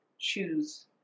choose